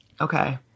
Okay